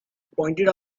pointed